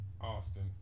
Austin